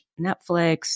Netflix